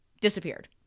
Disappeared